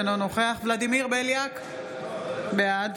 אינו נוכח ולדימיר בליאק, בעד